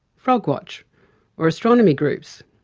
frogwatch or astronomy groups?